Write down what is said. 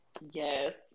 Yes